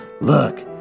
Look